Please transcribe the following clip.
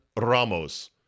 Ramos